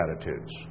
attitudes